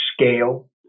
scale